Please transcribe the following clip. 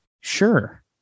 Sure